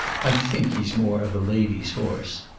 i think he's more of a lady's horse.